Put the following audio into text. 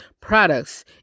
products